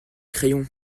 crayon